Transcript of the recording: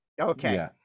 Okay